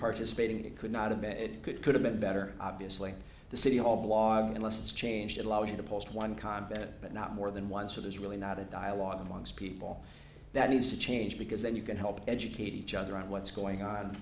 participated could not have it could could have been better obviously the city hall blog unless it's changed it allows you to post one content but not more than one so there's really not a dialogue amongst people that needs to change because then you can help educate each other on what's going on